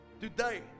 today